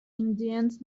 indians